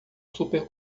super